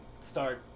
start